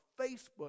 Facebook